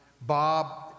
Bob